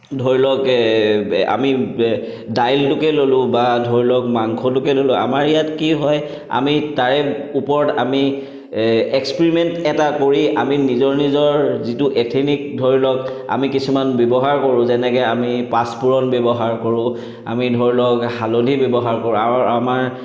ধৰি লওক আমি দাইলটোকে ল'লোঁ বা ধৰি লওক মাংসটোকে ল'লোঁ আমাৰ ইয়াত কি হয় আমি তাৰে ওপৰত আমি এক্সপেৰিমেণ্ট এটা কৰি আমি নিজৰ নিজৰ যিটো এথেনিক ধৰি লওক আমি কিছুমান ব্যৱহাৰ কৰোঁ যেনেকৈ আমি পাঁচফোৰণ ব্যৱহাৰ কৰোঁ আমি ধৰি লওক হালধি ব্যৱহাৰ কৰোঁ আৰু আমাৰ